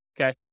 okay